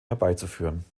herbeizuführen